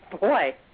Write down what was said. Boy